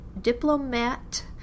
diplomat